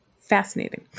fascinating